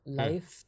life